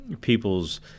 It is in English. people's